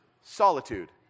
Solitude